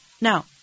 Now